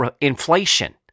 inflation